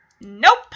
Nope